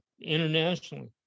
internationally